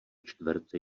čtverce